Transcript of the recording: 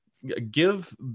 give